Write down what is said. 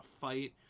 fight